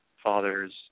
fathers